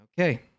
Okay